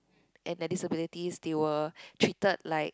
and the disabilities they were treated like